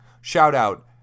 shout-out